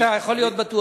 אז אתה יכול להיות בטוח.